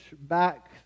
back